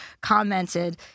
commented